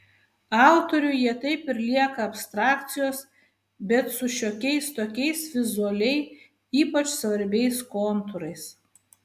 autoriui jie taip ir lieka abstrakcijos bet su šiokiais tokiais vizualiai ypač svarbiais kontūrais